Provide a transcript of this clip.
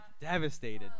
devastated